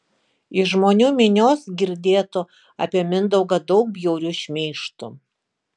iš žmonių minios girdėtų apie mindaugą daug bjaurių šmeižtų